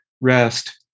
rest